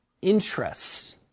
interests